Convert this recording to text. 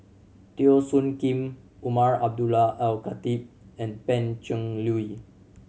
Teo Soon Kim Umar Abdullah Al Khatib and Pan Cheng Lui